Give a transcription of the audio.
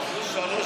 אני אגיד לך משהו,